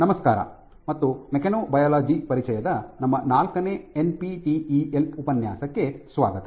ನಮಸ್ಕಾರ ಮತ್ತು ಮೆಕ್ಯಾನೊಬಯಾಲಜಿ ಪರಿಚಯದ ನಮ್ಮ ನಾಲ್ಕನೇ ಎನ್ಪಿಟಿಇಎಲ್ ಉಪನ್ಯಾಸಕ್ಕೆ ಸ್ವಾಗತ